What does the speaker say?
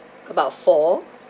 about four